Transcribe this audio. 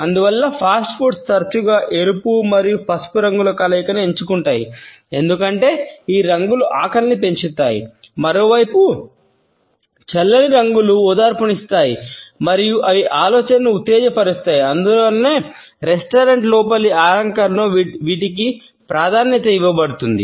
అందువల్ల ఫాస్ట్ ఫుడ్లు లోపలి అలంకరణలో వీటికి ప్రాధాన్యత ఇవ్వబడుతుంది